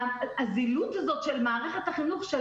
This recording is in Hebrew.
הזילות הזאת של מערכת החינוך בגננת,